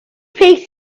pick